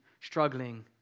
struggling